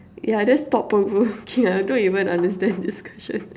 ya that's thought-provoking lah I don't even understand this question